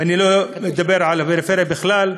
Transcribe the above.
ואני לא מדבר על הפריפריה בכלל,